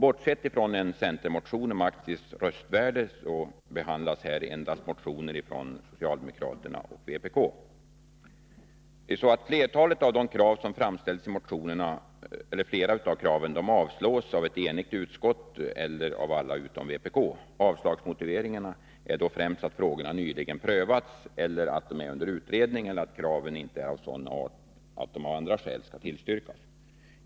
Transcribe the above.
Bortsett från en centermotion om aktiers röstvärde behandlas här endast motioner från socialdemokraterna och vpk. Flera av de krav som framställs i motionerna avstyrks av ett enigt utskott eller av alla utom vpk. Avslagsmotiveringen är främst att frågorna nyligen prövats, att de är under utredning eller att kraven är av sådan art att de av andra skäl inte bör tillstyrkas.